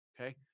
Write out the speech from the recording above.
Okay